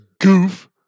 goof